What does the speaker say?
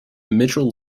mitchell